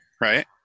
right